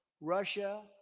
Russia